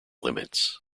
limits